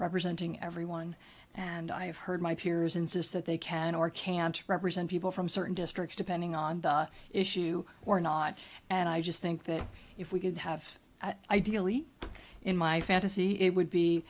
representing everyone and i have heard my peers insist that they can or can't represent people from certain districts depending on the issue or not and i just think that if we could have ideally in my fantasy it would be